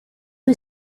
who